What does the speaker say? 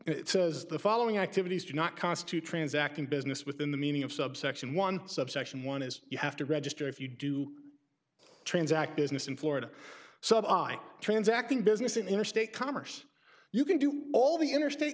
it says the following activities do not constitute transacting business within the meaning of subsection one subsection one is you have to register if you do transact business in florida so i transacting business in interstate commerce you can do all the interstate